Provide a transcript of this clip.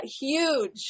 huge